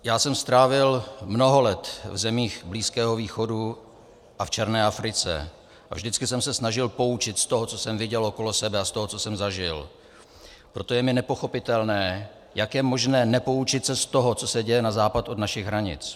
Já jsem strávil mnoho let v zemích Blízkého východu a v černé Africe a vždycky jsem se snažil poučit z toho, co jsem viděl okolo sebe, a z toho, co jsem zažil, proto je mi nepochopitelné, jak je možné nepoučit se z toho, co se děje na západ od našich hranic.